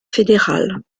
fédéral